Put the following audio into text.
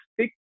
stick